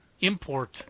import